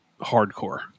hardcore